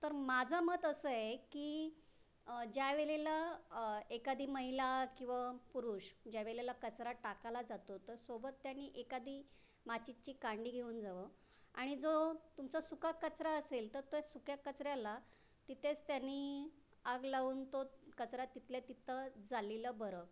तर माझं मत असं आहे की ज्या वेळेला एखादी महिला किंव पुरुष ज्या वेळेला कचरा टाकाला जातो तर सोबत त्यानी एखादी माचीसची काडी घिऊन जावं आणि जो तुमचा सुका कचरा असेल तर त्या सुक्या कचऱ्याला तिथेच त्यानी आग लाऊन तो कचरा तितल्या तिथं जाळलेलं बरं